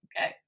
okay